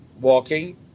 walking